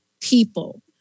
people